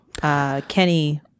Kenny